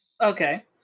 Okay